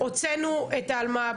הוצאנו את האלמ"ב,